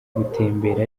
gutembera